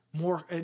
More